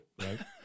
Right